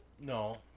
No